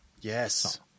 Yes